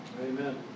Amen